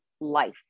life